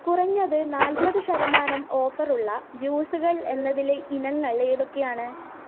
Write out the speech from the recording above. കുറഞ്ഞത് നാൽപ്പതു ശതമാനം ഓഫറുള്ള ജ്യൂസുകൾ എന്നതിലെ ഇനങ്ങൾ ഏതൊക്കെയാണ്